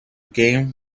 game